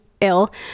ill